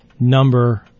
number